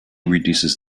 reduces